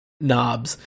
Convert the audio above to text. knobs